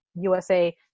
USA